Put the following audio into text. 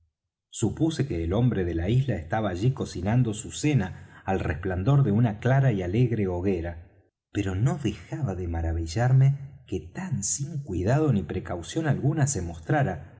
supuse que el hombre de la isla estaba allí cocinando su cena al resplandor de una clara y alegre hoguera pero no dejaba de maravillarme que tan sin cuidado ni precaución alguna se mostrara